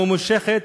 הממושכת,